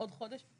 עוד חודש,